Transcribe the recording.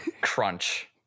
crunch